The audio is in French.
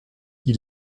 ils